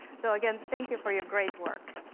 so, again, thank you for your great work.